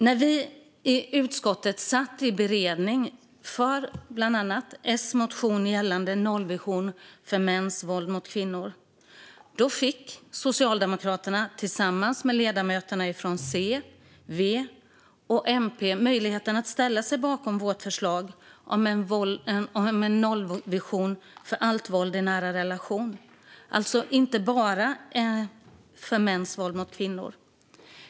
När vi i utskottet satt med beredningen av bland annat S motion gällande en nollvision för mäns våld mot kvinnor fick Socialdemokraterna tillsammans med ledamöterna från C, V och MP möjligheten att ställa sig bakom vårt förslag om en nollvision för allt våld i nära relationer. Det gäller alltså inte bara mäns våld mot kvinnor.